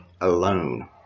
Alone